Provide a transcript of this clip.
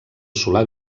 solar